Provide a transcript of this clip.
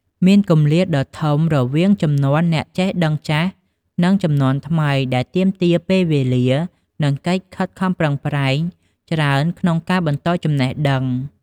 មានគម្លាតដ៏ធំរវាងជំនាន់អ្នកចេះដឹងចាស់ និងជំនាន់ថ្មី ដែលទាមទារពេលវេលា និងកិច្ចខិតខំប្រឹងប្រែងច្រើនក្នុងការបន្តចំណេះដឹង។